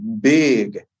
big